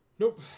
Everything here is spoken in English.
Nope